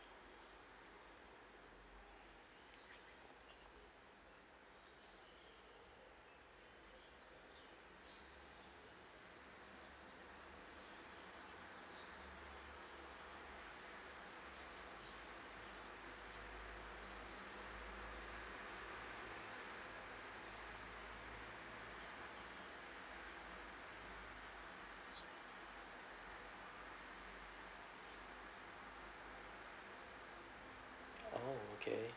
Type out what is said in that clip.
oh okay